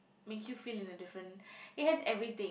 makes you feel in a different it has everything